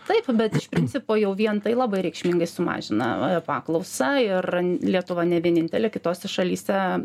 taip bet iš principo jau vien tai labai reikšmingai sumažina paklausą ir lietuva ne vienintelė kitose šalyse